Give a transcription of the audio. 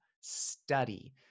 study